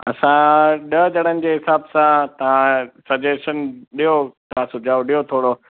असां ॾह ॼणन जे हिसाब सां तव्हां सजेशन ॾियो तव्हां सुझाव ॾियो थोरो